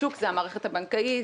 השוק זה המערכת הבנקאית,